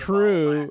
True